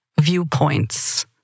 viewpoints